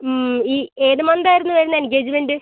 ഈ ഏതു മന്തായിരുന്നു വരുന്നത് എൻഗേജ്മെന്റ്